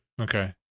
Okay